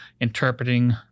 interpreting